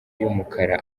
y’umukara